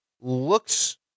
Looks